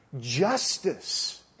justice